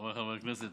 חבריי חברי הכנסת,